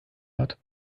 hat